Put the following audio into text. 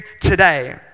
today